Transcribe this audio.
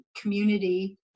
community